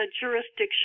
jurisdiction